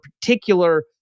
particular